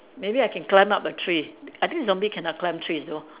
maybe I can climb up a tree I think zombie cannot climb trees though